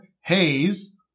Haze